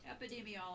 epidemiology